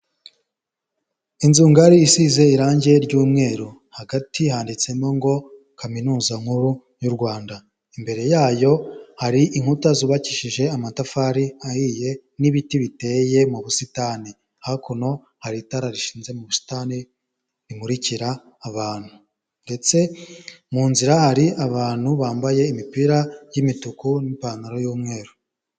Inzu ngari isize irangi ry'umweru. Hagati handitsemo ngo Kaminuza nkuru y'u Rwanda. Imbere yayo hari inkuta zubakishije amatafari ahiye n'ibiti biteye mu busitani. Hakuno hari itara rishinze mu busitani rimurikira abantu. Ndetse mu nzira hari abantu bambaye imipira y'imituku n'ipantaro y'umweru.